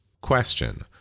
question